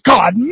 God